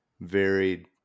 varied